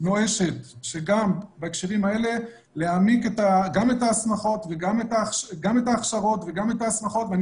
נואשת גם בהקשרים האלה להעמיק גם את ההכשרות וגם את ההסמכות ואני